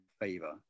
favor